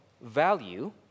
value